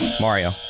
Mario